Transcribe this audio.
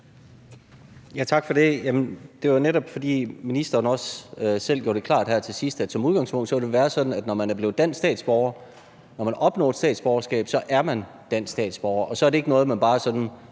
Tak for det. Jamen det var, netop fordi ministeren også selv gjorde det klart her til sidst, at det som udgangspunkt vil være sådan, at når man er blevet dansk statsborger, altså har opnået dansk statsborgerskab, så er man dansk statsborger, og så er det ikke noget, vi bare sådan